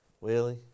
Willie